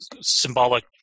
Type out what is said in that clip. symbolic